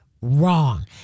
wrong